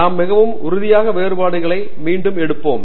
நாம் மிகவும் உறுதியான வேறுபாடுகளை மீண்டும் எடுப்போம்